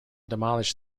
demolish